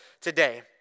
today